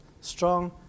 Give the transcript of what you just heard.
strong